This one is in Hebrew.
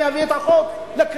אני אביא את החוק לקריאה.